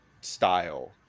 style